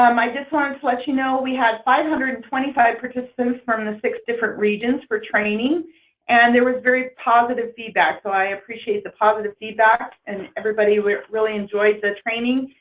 um i just want to let you know we had five hundred and twenty five participants from the six different regions for training and there was very positive feedback so i appreciate the positive feedback and everybody really enjoyed the training.